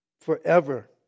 Forever